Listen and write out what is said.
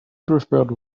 preferred